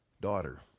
daughter